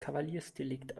kavaliersdelikt